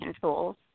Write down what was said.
tools